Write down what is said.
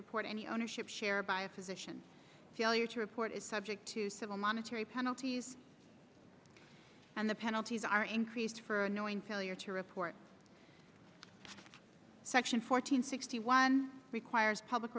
report any ownership share by a physician failure to report is subject to civil monetary penalties and the penalties are increased for annoying failure to report section four hundred sixty one requires public